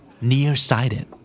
nearsighted